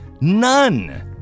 None